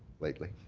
lately.